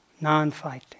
Non-fighting